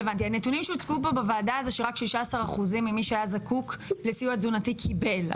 הנתונים שהוצגו פה בוועדה זה שרק 16% ממי שהיה זקוק לסיוע תזונתי קיבל.